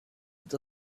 with